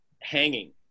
hanging